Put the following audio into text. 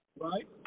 Right